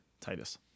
Titus